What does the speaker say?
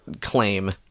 claim